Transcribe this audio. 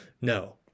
No